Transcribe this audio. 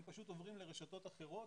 הם פשוט עוברים לרשתות אחרות,